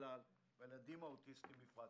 בכלל והילדים האוטיסטים בפרט.